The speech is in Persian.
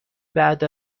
بعد